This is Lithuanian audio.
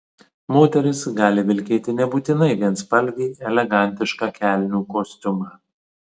moteris gali vilkėti nebūtinai vienspalvį elegantišką kelnių kostiumą